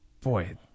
Boy